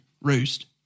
roost